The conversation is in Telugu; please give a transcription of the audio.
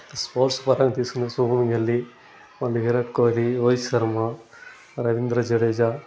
స్పోర్ట్స్ తీసుకున్న సుభమ్గల్లీ విరాట్కోహ్లీ రోహిత్శర్మ రవీంద్ర జడేజా